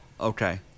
Okay